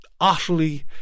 utterly